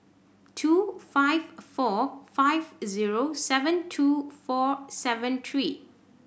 two five four five zero seven two four seven three